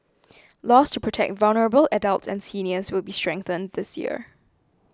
laws to protect vulnerable adults and seniors will be strengthened this year